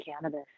cannabis